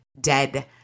dead